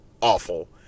awful